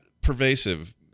pervasive